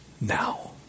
now